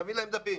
נביא להם דפים.